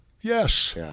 Yes